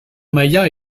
maya